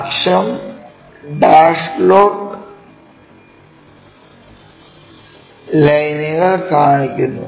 അക്ഷം dash dot ലൈനുകൾ കാണിക്കുന്നു